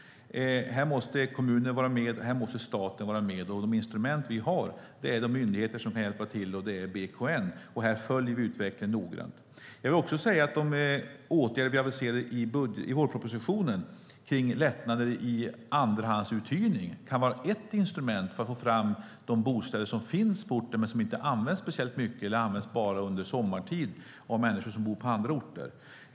Här måste kommunen och staten vara med. De instrument vi har är de myndigheter som kan hjälpa till, och det är BKN. Vi följer utvecklingen noga. De åtgärder som vi aviserade i vårpropositionen med lättnader för andrahandsuthyrning kan vara ett instrument för att få fram de bostäder som finns på orten men som inte används särskilt mycket eller bara används sommartid av människor som bor på andra orter.